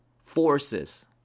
forces